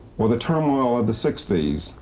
or the turmoil of the sixty s,